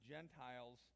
Gentiles